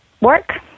work